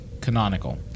canonical